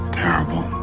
terrible